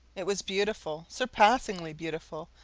it was beautiful, surpassingly beautiful,